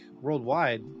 worldwide